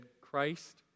Christ